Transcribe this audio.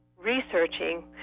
researching